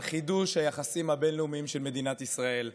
על חידוש היחסים הבין-לאומיים של מדינת ישראל,